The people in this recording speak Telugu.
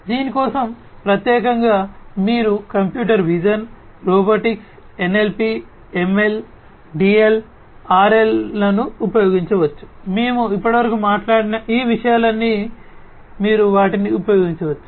దీని కోసం ప్రత్యేకంగా మీరు computer vision robotics NLP ML DL ఆర్ఎల్లను ఉపయోగించవచ్చు మేము ఇప్పటివరకు మాట్లాడిన ఈ విషయాలన్నీ మీరు వాటిని ఉపయోగించవచ్చు